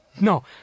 No